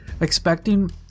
expecting